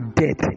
dead